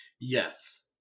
Yes